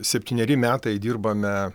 septyneri metai dirbame